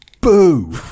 Boo